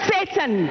Satan